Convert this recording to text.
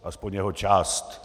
Alespoň jeho část.